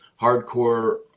hardcore